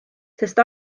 sest